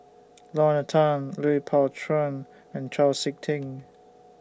Lorna Tan Lui Pao Chuen and Chau Sik Ting